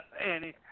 Annie